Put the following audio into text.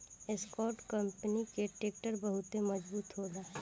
Escort company कअ tractor बहुते मजबूत होला